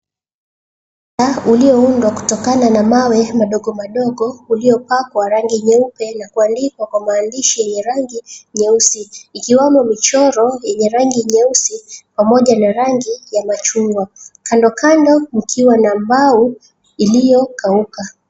Ulioundwa kutokana na mawe madogo madogo uliopakwa rangi nyeupe na kuandikwa kwa maandishi yenye rangi nyeusi. Ikiwamo michoro yenye rangi nyeusi pamoja na rangi ya machungwa. Kando kando mkiwa na mbao iliyokauka.